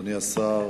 אדוני השר,